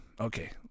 Okay